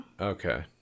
Okay